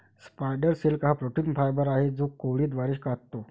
spider silk हा protein fibre आहे जो कोळी द्वारे काततो